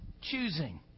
choosing